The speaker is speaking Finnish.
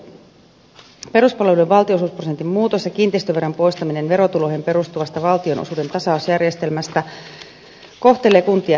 hallitusohjelmaan kirjattu peruspalveluiden valtionosuusprosentin muutos ja kiinteistöveron poistaminen verotuloihin perustuvasta valtionosuuden tasausjärjestelmästä kohtelee kuntia epätasaisesti